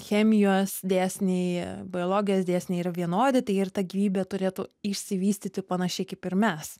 chemijos dėsniai biologijos dėsniai yra vienodi tai ir ta gyvybė turėtų išsivystyti panašiai kaip ir mes